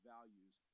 Values